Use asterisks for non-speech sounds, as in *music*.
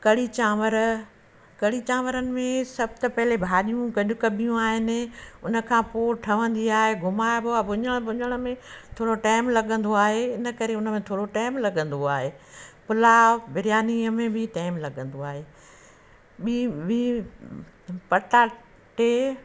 कढ़ी चांवर कढ़ी चांवरनि में सभ त पहले भाजियूं गॾु कबियूं आहिनि हुन खां पोइ ठहंदी आहे घुमाइबो आहे भुञण भुञण में थोरो टाइम लॻंदो आहे हिन करे हुन में थोरो टाइम लॻंदो आहे पुलाव बिरयानी में बि टाइम लॻंदो आहे बी वी *unintelligible* टे